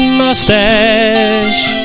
mustache